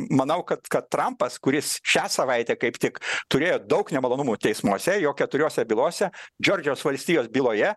manau kad kad trampas kuris šią savaitę kaip tik turėjo daug nemalonumų teismuose jo keturiose bylose džordžijos valstijos byloje